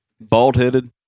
Bald-headed